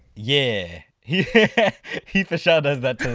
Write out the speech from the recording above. yeah, he he fasho does that to